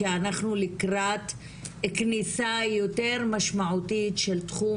כי אנחנו לקראת כניסה יותר משמעותית של תחום